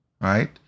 right